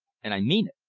and i mean it.